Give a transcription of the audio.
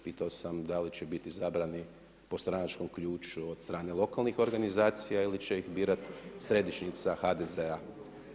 Pitao sam da li će biti izabrani po stranačkom ključu od strane lokalnih organizacija ili će ih birati središnjica HDZ-a?